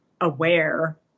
aware